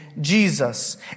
Jesus